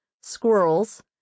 squirrels